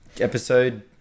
Episode